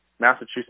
Massachusetts